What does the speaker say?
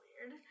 weird